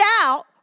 out